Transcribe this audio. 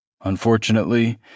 Unfortunately